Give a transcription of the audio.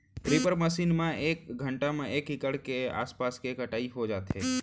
reaper machine म एक घंटा म एक एकड़ के आसपास के कटई हो जाथे